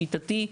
שיטתי,